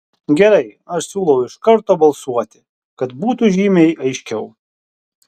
gerai aš siūlau iš karto balsuoti kad būtų žymiai aiškiau